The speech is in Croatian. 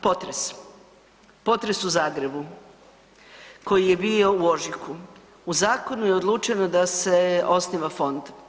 Potres, potres u Zagrebu koji je bio u ožujku, u zakonu je odlučeno da se osniva fond.